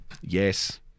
Yes